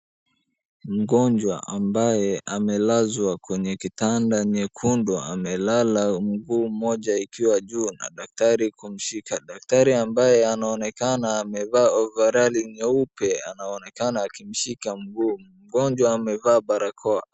Mgonjwa ambaye amelazwa kwenye kitanda nyekundu amelala mguu moja ikiwa juu na daktari kumshika. Daktari ambaye anaonekana amevaa ovarali nyeupe anaonekana akimshika mguu. Mgonjwa amevaa barakoa.